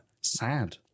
sad